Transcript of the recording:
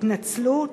התנצלות,